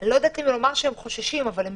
אני לא יודעת אם לומר שהם חוששים אבל הם